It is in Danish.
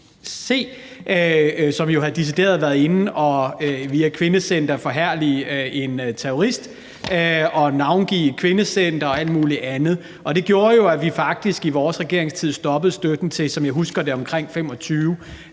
som havde været inde via et kvindecenter og forherlige en terrorist og navngivet et kvindecenter efter vedkommende og alt muligt andet. Og det gjorde, at vi faktisk i vores regeringstid stoppede støtten til, sådan som jeg husker det, omkring 25